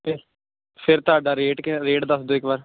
ਫੇ ਫਿਰ ਤੁਹਾਡਾ ਰੇਟ ਕਿਆ ਰੇਟ ਦੱਸ ਦਿਓ ਇੱਕ ਵਾਰ